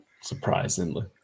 Surprisingly